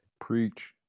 Preach